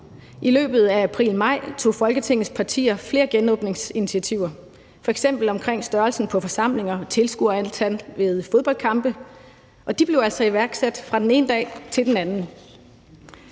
I løbet af april-maj tog Folketingets partier flere genåbningsinitiativer, f.eks. om størrelsen på forsamlinger og tilskuerantal ved fodboldkampe, og de blev altså iværksat fra den ene dag til den anden.